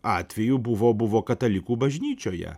atvejų buvo buvo katalikų bažnyčioje